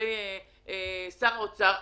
כלפי שר האוצר,